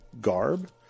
garb